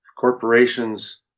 corporations